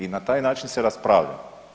I na taj način se raspravlja.